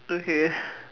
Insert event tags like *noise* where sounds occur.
okay *breath*